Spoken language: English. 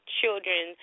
children